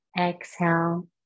Exhale